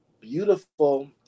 beautiful